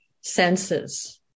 senses